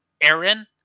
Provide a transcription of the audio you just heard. Aaron